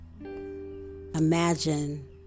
imagine